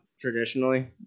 traditionally